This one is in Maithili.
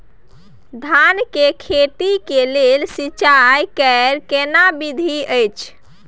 धान के खेती के लेल सिंचाई कैर केना विधी अछि?